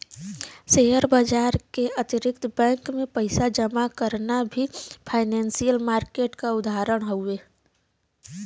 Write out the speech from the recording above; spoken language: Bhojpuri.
शेयर बाजार के अतिरिक्त बैंक में पइसा जमा करना भी फाइनेंसियल मार्किट क उदाहरण हउवे